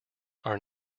are